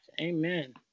Amen